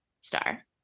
Star